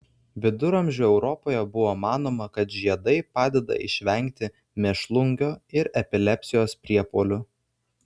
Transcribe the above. viduramžių europoje buvo manoma kad žiedai padeda išvengti mėšlungio ir epilepsijos priepuolių